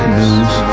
news